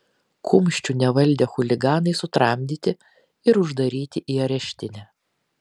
kumščių nevaldę chuliganai sutramdyti ir uždaryti į areštinę